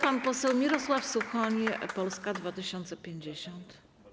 Pan poseł Mirosław Suchoń, Polska 2050.